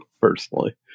personally